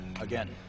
Again